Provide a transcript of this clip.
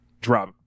drop